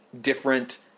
different